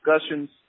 discussions